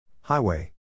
Highway